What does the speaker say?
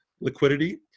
liquidity